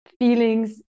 feelings